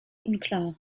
unklar